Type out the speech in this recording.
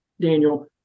Daniel